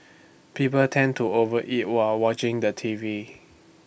people tend to over eat while watching the T V